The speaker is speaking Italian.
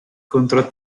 contro